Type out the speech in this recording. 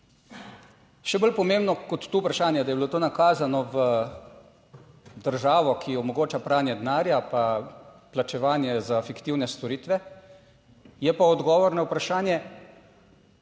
Še bolj pomembno kot tu vprašanje, da je bilo to nakazano v državo, ki omogoča pranje denarja, pa plačevanje za fiktivne storitve, je pa odgovor na vprašanje,